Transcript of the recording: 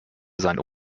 seinen